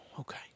okay